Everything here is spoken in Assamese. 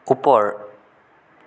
ওপৰ